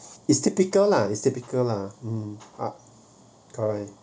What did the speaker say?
is typical lah is typical lah um uh correct